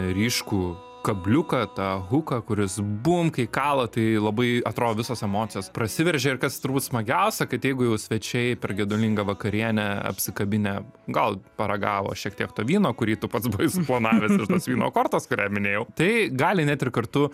ryškų kabliuką tą huką kuris bum kai kala tai labai atrodo visos emocijos prasiveržia ir kas turbūt smagiausia kad jeigu jau svečiai per gedulingą vakarienę apsikabinę gal paragavo šiek tiek to vyno kurį tu pats buvai suplanavęs ir tas vyno kortas kurią minėjau tai gali net ir kartu